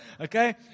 okay